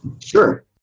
Sure